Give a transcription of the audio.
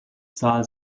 zahl